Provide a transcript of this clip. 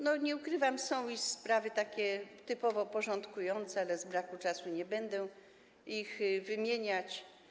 Nie ukrywam są i sprawy takie typowo porządkujące, ale z braku czasu nie będę ich omawiać.